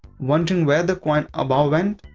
wondering where the coin above went?